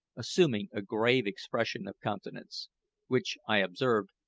assuming a grave expression of countenance which, i observed,